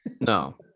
No